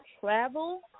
travel